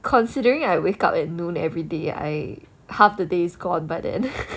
considering I wake up at noon everyday I half the day's gone but then